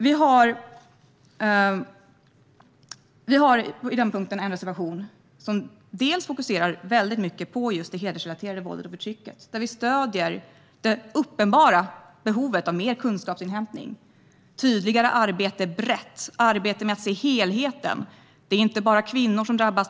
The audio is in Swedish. Vi har under den punkten en reservation som fokuserar väldigt mycket på det hedersrelaterade våldet och förtrycket. Vi stöder det uppenbara behovet av mer kunskapsinhämtning, tydligare brett arbete och arbete med att se helheten. Det är inte bara kvinnor som drabbas.